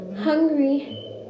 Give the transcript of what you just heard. hungry